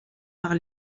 par